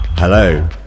hello